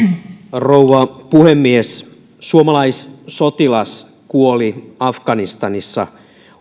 rouva puhemies suomalaissotilas kuoli afganistanissa